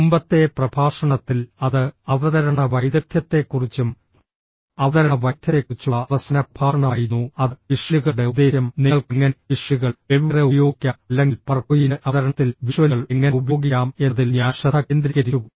മുമ്പത്തെ പ്രഭാഷണത്തിൽ അത് അവതരണ വൈദഗ്ധ്യത്തെക്കുറിച്ചും അവതരണ വൈദഗ്ധ്യത്തെക്കുറിച്ചുള്ള അവസാന പ്രഭാഷണമായിരുന്നു അത് വിഷ്വലുകളുടെ ഉദ്ദേശ്യം നിങ്ങൾക്ക് എങ്ങനെ വിഷ്വലുകൾ വെവ്വേറെ ഉപയോഗിക്കാം അല്ലെങ്കിൽ പവർ പോയിന്റ് അവതരണത്തിൽ വിഷ്വലുകൾ എങ്ങനെ ഉപയോഗിക്കാം എന്നതിൽ ഞാൻ ശ്രദ്ധ കേന്ദ്രീകരിച്ചു